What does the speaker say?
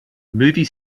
movie